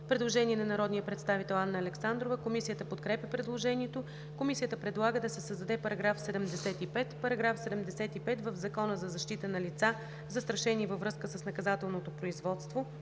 Предложение на народния представител Анна Александрова. Комисията подкрепя предложението. Комисията предлага да се създаде § 75: „§ 75. В Закона за защита на лица, застрашени във връзка с наказателното производство